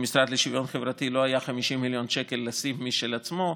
למשרד לשוויון חברתי לא היו 50 מיליון שקל לשים משל עצמו,